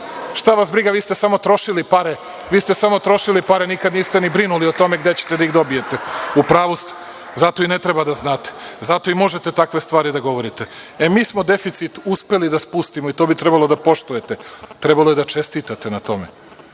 vas briga, vi ste samo trošili pare, nikada niste ni brinuli o tome gde ćete da ih dobijete, u pravu ste. Zato i ne treba da znate. Zato i možete takve stvari da govorite.E, mi smo deficit uspeli da spustimo i to bi trebalo da poštujete. Trebalo je da čestitate na tome.